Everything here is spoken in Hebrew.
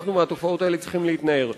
אנחנו מהתופעות האלה צריכים להתנער.